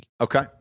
Okay